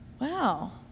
wow